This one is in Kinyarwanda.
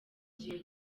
gihe